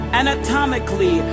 anatomically